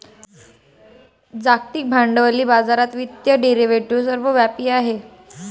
जागतिक भांडवली बाजारात वित्तीय डेरिव्हेटिव्ह सर्वव्यापी आहेत